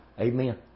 Amen